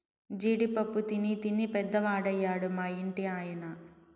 జీడి పప్పు తినీ తినీ పెద్దవాడయ్యాడు మా ఇంటి ఆయన